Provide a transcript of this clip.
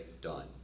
done